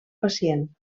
pacient